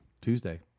tuesday